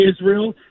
Israel